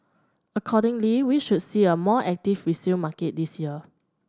accordingly we should see a more active resale market this year